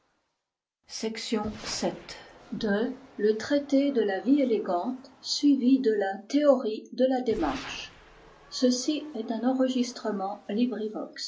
la théorie de la démarche traité de la vie élégante suivi de la théorie de la démarche table of contents pages